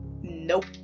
nope